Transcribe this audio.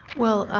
well,